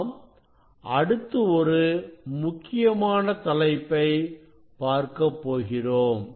நாம் அடுத்து ஒரு முக்கியமான தலைப்பை பார்க்கப்போகிறோம்